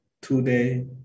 today